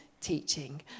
teaching